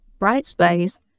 brightspace